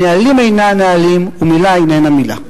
הנהלים אינם נהלים ומלה איננה מלה.